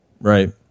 Right